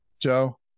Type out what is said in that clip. Joe